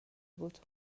بود